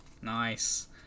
Nice